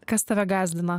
kas tave gąsdina